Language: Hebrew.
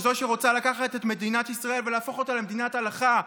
זאת שרוצה לקחת את מדינת ישראל ולהפוך אותה למדינת הלכה,